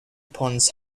ponce